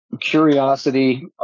curiosity